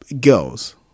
girls